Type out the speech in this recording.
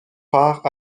part